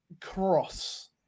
Cross